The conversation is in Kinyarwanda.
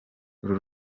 uru